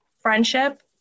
friendship